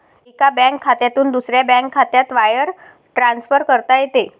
एका बँक खात्यातून दुसऱ्या बँक खात्यात वायर ट्रान्सफर करता येते